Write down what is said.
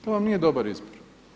To vam nije dobar izbor.